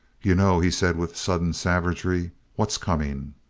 you know, he said with sudden savagery, what's coming?